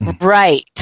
Right